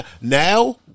Now